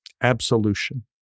absolution